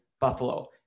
Buffalo